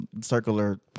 circular